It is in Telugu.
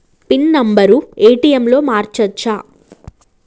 పిన్ నెంబరు ఏ.టి.ఎమ్ లో మార్చచ్చా?